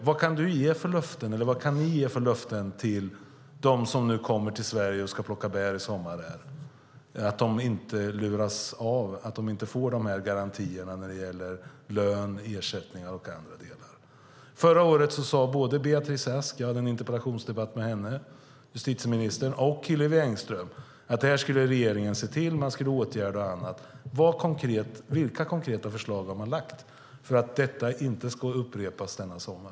Vad kan ni ge för löften till dem som nu kommer till Sverige och ska plocka bär i sommar så att de inte luras och inte får garantier när det gäller lön och ersättningar? Förra året sade både justitieminister Beatrice Ask i en interpellationsdebatt som jag hade med henne och arbetsmarknadsminister Hillevi Engström att det här skulle regeringen se till. Man skulle åtgärda det. Vilka konkreta förslag har man lagt fram för att detta inte ska upprepas denna sommar?